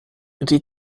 die